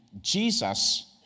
Jesus